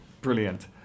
Brilliant